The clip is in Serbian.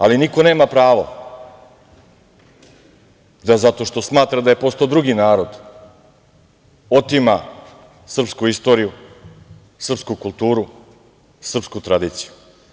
Ali, niko nema pravo da zato što smatra da je postao drugi narod otima srpsku istoriju, srpsku kulturu, srpsku tradiciju.